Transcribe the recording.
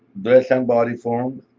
dress and body forms.